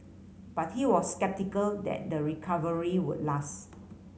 but he was sceptical that the recovery would last